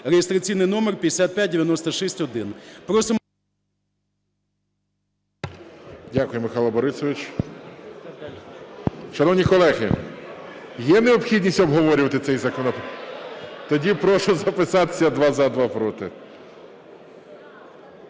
реєстраційний номер 5596-1.